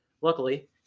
Luckily